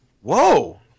Whoa